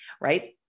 right